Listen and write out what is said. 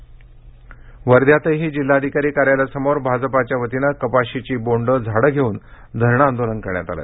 भाजपा वर्धा वध्यातही जिल्हाधिकारी कार्यालयासमोर भाजपच्या वतीनं कपाशीची बोंड झाडं घेऊन धरणं आंदोलन करण्यात आलं